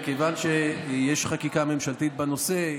מכיוון שיש חקיקה ממשלתית בנושא,